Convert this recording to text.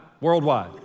worldwide